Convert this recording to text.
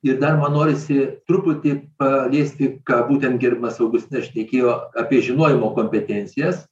ir dar man norisi truputį paliesti ką būtent gerbiamas augustinas šnekėjo apie žinojimo kompetencijas